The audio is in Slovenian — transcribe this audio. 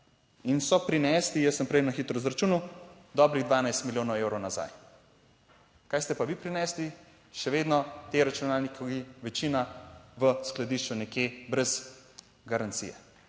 in so prinesli, jaz sem prej na hitro izračunal, dobrih 12 milijonov evrov nazaj. Kaj ste pa vi prinesli? Še vedno ti računalniki, večina v skladišču nekje brez garancije.